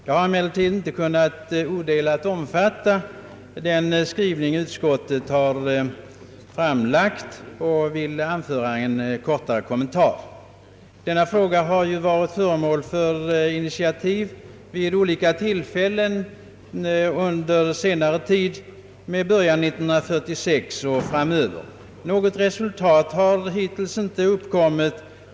Jag har emellertid inte odelat kunnat omfatta den skrivning utskottet framlagt och vill därför anföra en kort kommentar. Denna fråga har varit föremål för initiativ vid olika tillfällen efter kriget med början 1946 och framöver. Något resultat har hittills inte uppkommit.